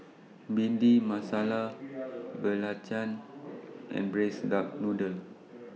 Bhindi Masala Belacan and Braised Duck Noodle